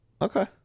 Okay